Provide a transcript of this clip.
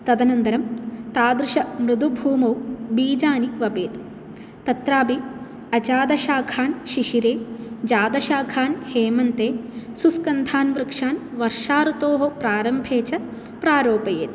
तदनन्तरं तादृशमृदुभूमौ बीजानि वपेत् तत्रापि अजादशाखान् शिशिरे जातशाखान् हेमन्ते सुस्कन्धान् वृक्षान् वर्षाऋतोः प्रारम्भे च प्रारोपयेत्